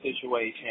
situation